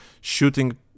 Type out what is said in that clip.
shooting